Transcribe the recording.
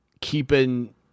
keeping